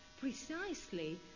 precisely